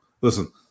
listen